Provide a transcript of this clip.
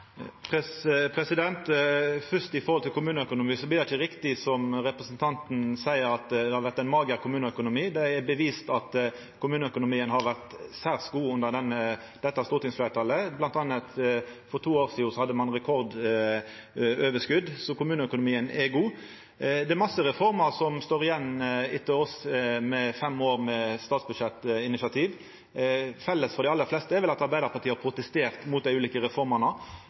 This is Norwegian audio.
Fyrst: Når det gjeld kommuneøkonomien, er det ikkje riktig som representanten seier, at det har vore ein mager kommuneøkonomi. Det er bevist at kommuneøkonomien har vore særs god under dette stortingsfleirtalet. Blant anna hadde ein for to år sidan rekordoverskot, så kommuneøkonomien er god. Det er mange reformer som står igjen etter oss – etter fem år med statsbudsjettinitiativ. Felles for dei aller fleste er vel at Arbeidarpartiet har protestert mot dei ulike